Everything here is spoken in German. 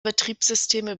betriebssysteme